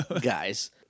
Guys